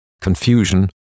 confusion